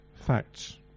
facts